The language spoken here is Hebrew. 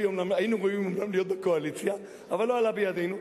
היינו ראויים אומנם להיות בקואליציה אבל לא עלה בידנו.